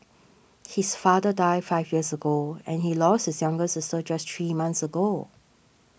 his father died five years ago and he lost his younger sister just three months ago